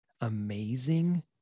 amazing